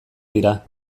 dira